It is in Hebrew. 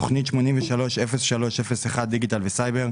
תכנית 83-03-01, דיגיטל וסייבר.